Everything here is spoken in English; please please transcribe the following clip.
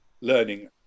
learning